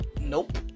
Nope